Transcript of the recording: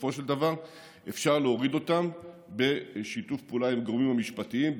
בסופו של דבר אפשר להוריד אותן בשיתוף פעולה עם הגורמים המשפטיים,